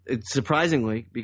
surprisingly